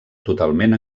totalment